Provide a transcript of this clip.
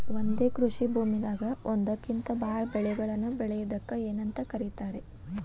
ಒಂದೇ ಕೃಷಿ ಭೂಮಿದಾಗ ಒಂದಕ್ಕಿಂತ ಭಾಳ ಬೆಳೆಗಳನ್ನ ಬೆಳೆಯುವುದಕ್ಕ ಏನಂತ ಕರಿತಾರೇ?